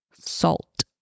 salt